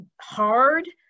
hard